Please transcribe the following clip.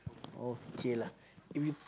okay lah eh we